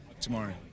tomorrow